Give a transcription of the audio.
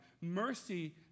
mercy